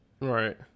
Right